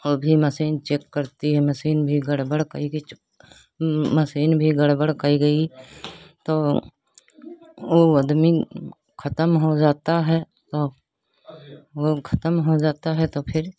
ओ भी machine check करती है मशीन भी गड़बड़ कई गई मशीन भी गड़बड़ कई गई तो वह आदमी ख़त्म हो जाता है और वह ख़त्म हो जाता है तो फ़िर